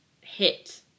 hit